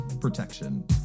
protection